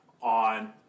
on